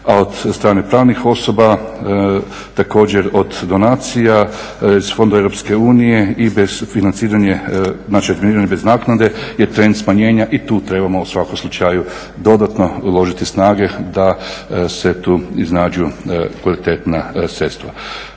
a od strane pravnih osoba također od donacija iz fondova Europske unije i bez financiranje, znači razminiranje bez naknade je trend smanjenja i tu trebamo u svakom slučaju dodatno uložiti snage da se tu iznađu kvalitetna sredstava.